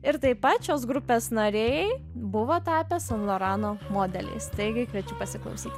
ir taip pat šios grupės nariai buvo tapęs san lorano modeliais taigi kviečiu pasiklausyti